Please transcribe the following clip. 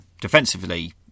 defensively